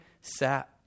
sat